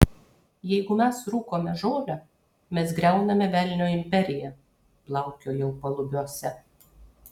jeigu mes rūkome žolę mes griauname velnio imperiją plaukiojau palubiuose